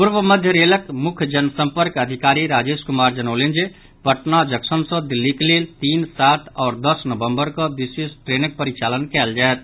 पूर्व मध्य रेलक मुख्य जन सम्पर्क अधिकारी राजेश कुमार जनौलनि जे पटना जंक्शन सॅ दिल्लीक लेल तीन सात और दस नवंबर कऽ विशेष ट्रेनक परिचालन कयल जायत